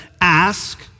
Ask